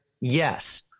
Yes